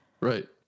Right